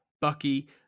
Bucky